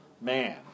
man